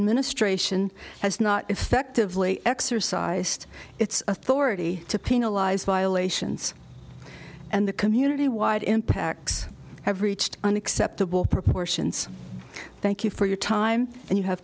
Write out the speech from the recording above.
in ministration has not effectively exercised its authority to penalize violations and the community wide impacts have reached unacceptable proportions thank you for your time and you have